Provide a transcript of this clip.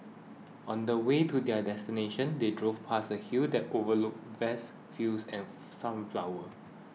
on the way to their destination they drove past a hill that overlooked vast fields and sunflowers